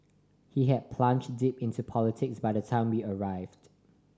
he had plunged deep into politics by the time we arrived